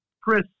Chris